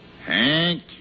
Hank